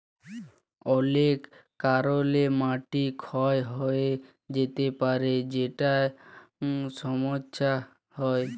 অলেক কারলে মাটি ক্ষয় হঁয়ে য্যাতে পারে যেটায় ছমচ্ছা হ্যয়